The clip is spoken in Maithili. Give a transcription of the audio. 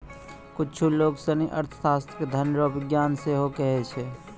कुच्छु लोग सनी अर्थशास्त्र के धन रो विज्ञान सेहो कहै छै